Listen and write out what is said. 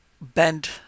bend